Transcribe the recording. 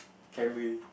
Camry